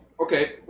okay